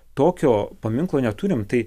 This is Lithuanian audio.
tokio paminklo neturim tai